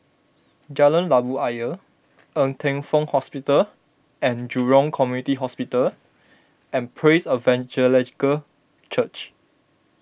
Jalan Labu Ayer Ng Teng Fong Hospital and Jurong Community Hospital and Praise Evangelical Church